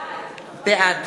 בעד